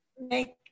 make